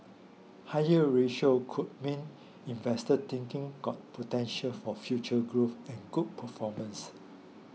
higher ratio could mean investors think got potential for future growth and good performance